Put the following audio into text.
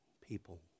people